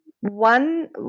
one